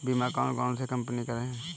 बीमा की कौन कौन सी कंपनियाँ हैं?